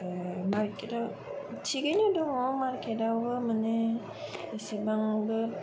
मारकेटाव थिगैनो दङ मारकेटावबो माने एसेबांबो